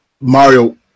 Mario